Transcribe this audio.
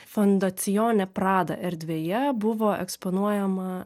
fondacione prada erdvėje buvo eksponuojama